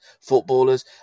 footballers